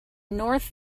north